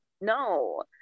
no